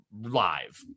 live